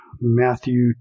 Matthew